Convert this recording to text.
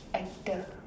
actor